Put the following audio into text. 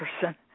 person